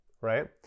right